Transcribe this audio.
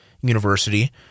University